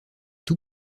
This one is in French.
tout